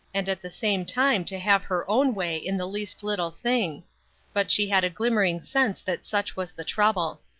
and at the same time to have her own way in the least little thing but she had a glimmering sense that such was the trouble.